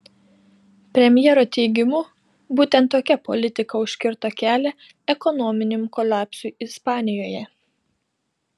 premjero teigimu būtent tokia politika užkirto kelią ekonominiam kolapsui ispanijoje